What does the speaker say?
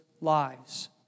lives